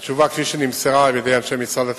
התשובה, כפי שנמסרה על-ידי אנשי משרד התחבורה,